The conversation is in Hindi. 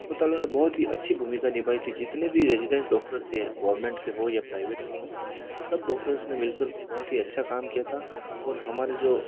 अस्पतालों ने बहुत ही अच्छी भूमिका निभाई थी जितने भी रेसीडेंट्स डॉक्टर थे गवर्नमेंट के हो या प्राइवेट के हो सब डॉक्टर्स ने मिल कर बहुत ही अच्छा काम किया था और हमारे जो